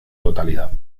totalidad